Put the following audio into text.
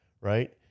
right